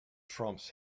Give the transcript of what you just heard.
trumps